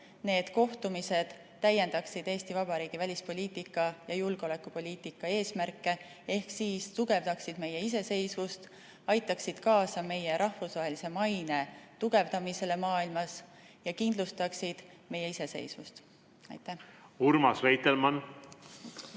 need kohtumised peaksid täiendama Eesti Vabariigi välis- ja julgeolekupoliitika eesmärke ehk tugevdama meie iseseisvust, aitama kaasa meie rahvusvahelise maine tugevdamisele maailmas ja kindlustama meie iseseisvust. Urmas Reitelmann!